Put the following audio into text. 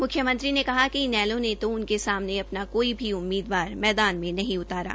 मुख्यमंत्री ने कहा कि इनेलो ने तो उनके सामने अपना कोई भी उम्मीदवार मैदान में नहीं उतारा